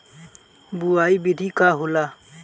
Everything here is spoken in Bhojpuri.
बुआई विधि का होला?